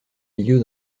milieu